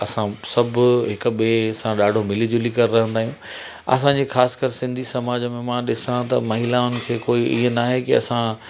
असां सभु हिक ॿिए सां ॾाढो मिली जुली करे रहंदा आहियूं असांजे ख़ासि कर सिंधी समाज में मां ॾिसां त महिलाउनि खे कोई ईअं न आहे कि असां